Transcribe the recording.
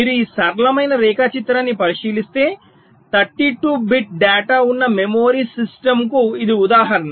మీరు ఈ సరళమైన రేఖాచిత్రాన్ని పరిశీలిస్తే 32 బిట్ డేటా ఉన్న మెమరీ సిస్టమ్కు ఇది ఉదాహరణ